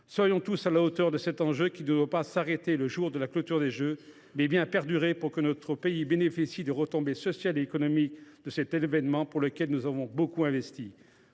Soyons tous à la hauteur de cet enjeu, qui ne doit pas s’arrêter le jour de la clôture des Jeux, mais perdurer, afin que notre pays bénéficie des retombées sociales et économiques de cet événement, dans lequel nous avons beaucoup investi.